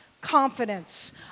confidence